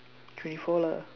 twenty four lah